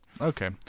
Okay